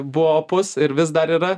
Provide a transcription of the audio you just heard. buvo opus ir vis dar yra